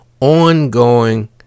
ongoing